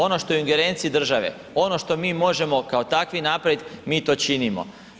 Ono što je u ingerenciji države, ono što mi možemo kao takvi napraviti mi to činimo.